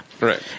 Right